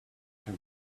from